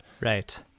Right